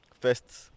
first